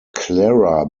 clara